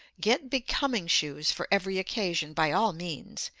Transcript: get becoming shoes for every occasion, by all means,